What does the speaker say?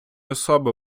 особи